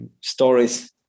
stories